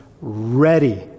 ready